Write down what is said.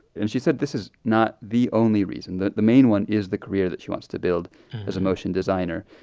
and she said this is not the only reason. the the main one is the career that she wants wants to build as a motion designer.